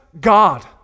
God